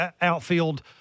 outfield